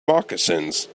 moccasins